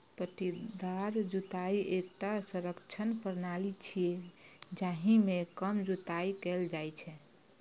पट्टीदार जुताइ एकटा संरक्षण प्रणाली छियै, जाहि मे कम जुताइ कैल जाइ छै